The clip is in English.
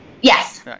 Yes